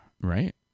right